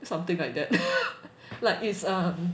something like that like it's um